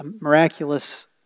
miraculous